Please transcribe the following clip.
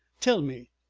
tell me.